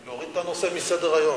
להוריד את הנושא מסדר-היום.